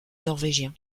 norvégien